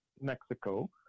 Mexico